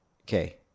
okay